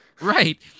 Right